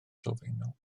sylfaenol